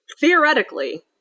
Theoretically